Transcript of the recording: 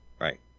Right